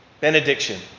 benediction